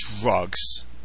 drugs